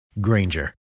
Granger